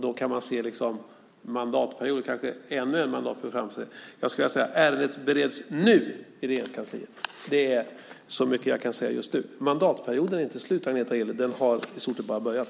Då kan man se kanske ännu en mandatperiod framför sig. Jag skulle vilja säga: Ärendet bereds nu i Regeringskansliet. Det är allt jag kan säga just nu. Mandatperioden är inte slut, Agneta Gille. Den har i stort sett bara börjat.